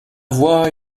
voix